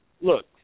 look